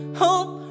hope